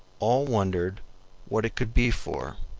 all wondered what it could be for.